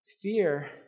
fear